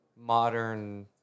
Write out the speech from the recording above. modern